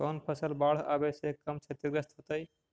कौन फसल बाढ़ आवे से कम छतिग्रस्त होतइ?